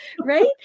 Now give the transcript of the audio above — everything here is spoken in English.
Right